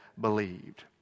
believed